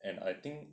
and I think